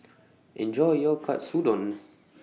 Enjoy your Katsudon